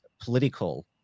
political